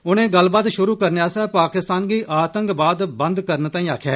उनें गल्लबात शुरु करने आस्तै पाकिस्तान गी आतंकवाद बंद करने तांई आक्खेया